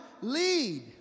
lead